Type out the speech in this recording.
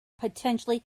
potentially